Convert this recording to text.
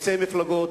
חוצה מפלגות,